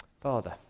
Father